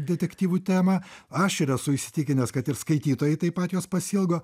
detektyvų temą aš ir esu įsitikinęs kad ir skaitytojai taip pat jos pasiilgo